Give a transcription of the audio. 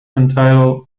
entitled